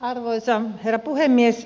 arvoisa herra puhemies